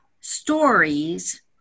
stories